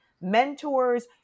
mentors